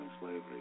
slavery